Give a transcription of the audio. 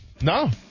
No